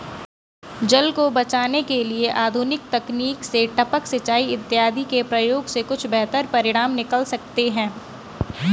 जल को बचाने के लिए आधुनिक तकनीक से टपक सिंचाई इत्यादि के प्रयोग से कुछ बेहतर परिणाम निकल सकते हैं